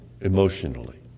Emotionally